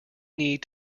need